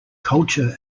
culture